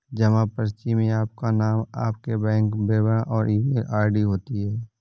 जमा पर्ची में आपका नाम, आपके बैंक विवरण और ईमेल आई.डी होती है